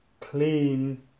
clean